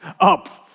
up